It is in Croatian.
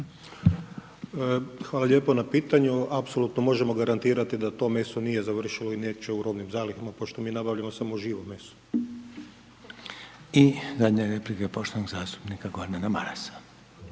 Hvala lijepo na pitanju, apsolutno možemo garantirati da to meso nije završilo i neće u robnim zalihama pošto mi nabavljamo samo živo meso. **Reiner, Željko (HDZ)** I zadnja replika poštovanog zastupnika Gordana Marasa.